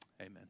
Amen